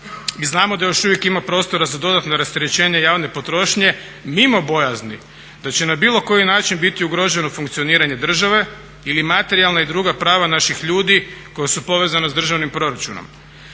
znamo da još uvijek ima prostora za dodatno rasterećenje javne potrošnje mimo bojazni da će na bilo koji način biti ugroženo funkcioniranje države ili materijalna i druga prava naših ljudi koja su povezana s državnim proračunom.